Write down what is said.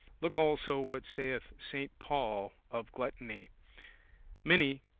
look also what saith saint paul of gluttony many,